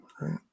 right